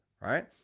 right